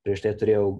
prieš tai turėjau